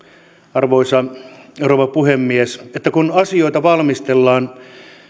arvoisa rouva puhemies että kun asioita valmistellaan